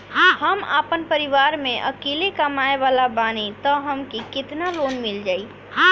हम आपन परिवार म अकेले कमाए वाला बानीं त हमके केतना लोन मिल जाई?